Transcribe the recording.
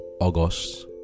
august